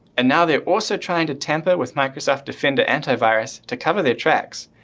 and now they are also trying to tamper with microsoft defender anti virus to cover their tracks.